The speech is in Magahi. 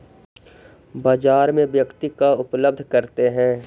बाजार में व्यक्ति का उपलब्ध करते हैं?